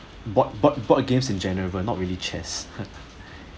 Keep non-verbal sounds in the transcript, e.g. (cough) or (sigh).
board board board games in general not really chess (laughs)